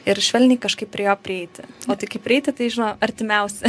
ir švelniai kažkaip prie jo prieiti o tai kaip prieiti tai žino artimiausi